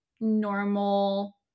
normal